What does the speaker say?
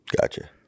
Gotcha